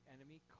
enemy